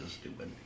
stupid